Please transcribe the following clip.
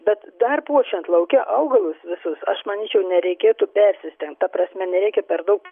bet dar puošiant lauke augalus visus aš manyčiau nereikėtų persistengt ta prasme nereikia per daug